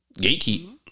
Gatekeep